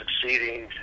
succeeding